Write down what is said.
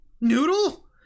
Noodle